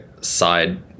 side